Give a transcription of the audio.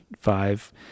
five